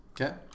Okay